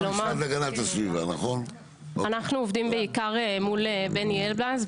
אנחנו עובדים בעיקר מול בני אלבז.